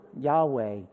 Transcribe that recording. Yahweh